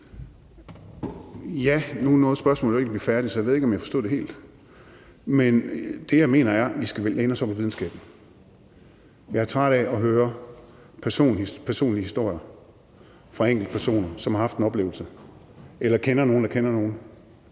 Nu nåede spørgsmålet jo ikke at blive færdigt, så jeg ved ikke, om jeg forstod det helt. Men det, jeg mener, er, at vi vel skal læne os op ad videnskaben. Jeg er træt af at høre personlige historier fra enkeltpersoner, som har haft en oplevelse, eller som kender nogen, der kender nogen,